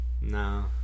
No